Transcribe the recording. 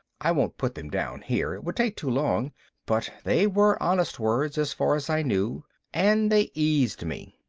i won't put them down here it would take too long but they were honest words as far as i knew and they eased me.